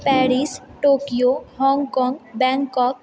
Paris Tokyo Hong Kong Bangkok